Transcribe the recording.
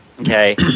okay